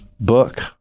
book